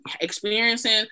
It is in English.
experiencing